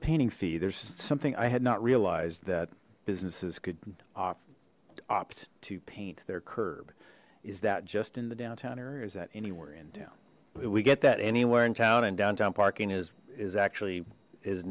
painting fee there's something i had not realized that businesses could opt to paint their curb is that just in the downtown or is that anywhere in town we get that anywhere in town and downtown parking is is actually is